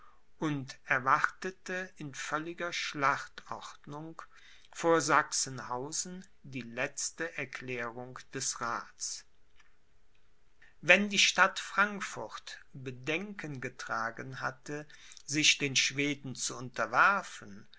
und erwartete in völliger schlachtordnung vor sachsenhausen die letzte erklärung des raths wenn die stadt frankfurt bedenken getragen hatte sich den schweden zu unterwerfen